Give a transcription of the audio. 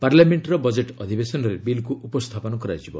ପାର୍ଲାମେଣ୍ଟର ବଜେଟ୍ ଅଧିବେଶନରେ ବିଲ୍କୁ ଉପସ୍ଥାପନ କରାଯିବ